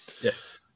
Yes